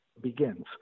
begins